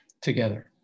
together